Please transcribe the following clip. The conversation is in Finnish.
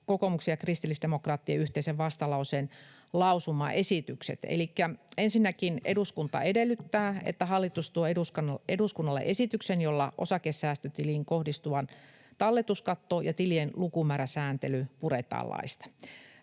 kokoomuksen ja kristillisdemokraattien yhteisen vastalauseen lausumaesitykset: Elikkä ensinnäkin: ”Eduskunta edellyttää, että hallitus tuo eduskunnalle esityksen, jolla osakesäästötiliin kohdistuva talletuskatto ja tilien lukumääräsääntely puretaan laista.”